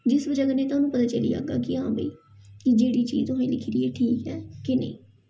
जिस बजह् कन्नै थुआनूं पता चली जाह्गा कि हां भाई एह् जेह्ड़ी चीज तुसें लिखी दी ऐ ठीक ऐ कि नेईं